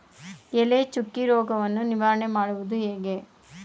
ಎಲೆ ಚುಕ್ಕಿ ರೋಗವನ್ನು ನಿವಾರಣೆ ಮಾಡುವುದು ಹೇಗೆ?